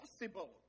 possible